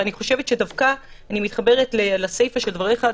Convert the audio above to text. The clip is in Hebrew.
ואני מתחברת לסיפא של דבריך.